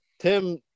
Tim